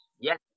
yes